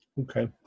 Okay